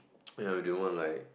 ya we do want like